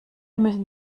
müssen